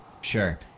Sure